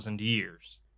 Years